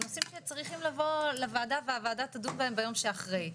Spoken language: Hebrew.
אלה נושאים שצריכים לבוא לוועדה והוועדה תדון בהם ביום שאחרי,